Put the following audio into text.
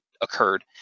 occurred